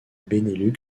benelux